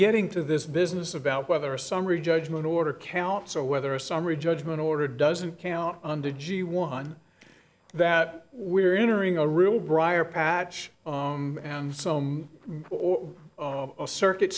getting to this business about whether a summary judgment order count so whether a summary judgment order doesn't count under g one that we are entering a real briar patch and some or a circuit